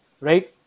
right